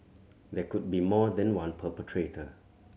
there could be more than one perpetrator